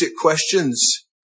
questions